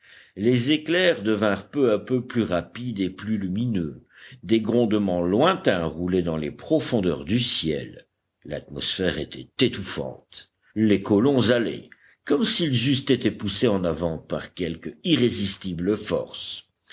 les éclairs devinrent peu à peu plus rapides et plus lumineux des grondements lointains roulaient dans les profondeurs du ciel l'atmosphère était étouffante les colons allaient comme s'ils eussent été poussés en avant par quelque irrésistible force